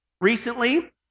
recently